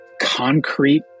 concrete